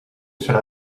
serà